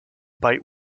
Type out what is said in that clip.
bite